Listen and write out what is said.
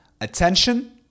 Attention